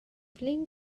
flin